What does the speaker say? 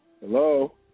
Hello